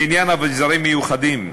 לעניין אביזרים מיוחדים,